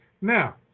Now